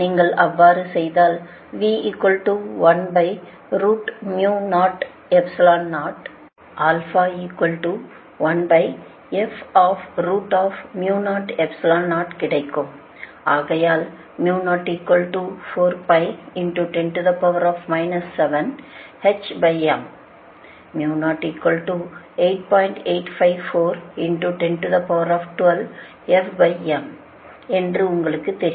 நீங்கள் அவ்வாறு செய்தால் கிடைக்கும்ஆகையால் என்று உங்களுக்கு தெரியும்